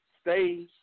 Stay